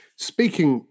Speaking